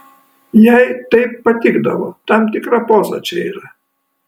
jai taip patikdavo tam tikra poza čia yra